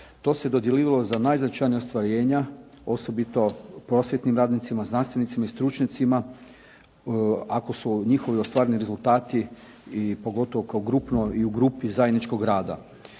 To se dodjeljivalo za najznačajnija ostvarenja, posebno prosvjetnim radnicima, znanstvenicima i stručnjacima ako su njihovi ostvareni rezultati i pogotovo u grupi, zajedničkog rada.